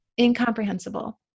incomprehensible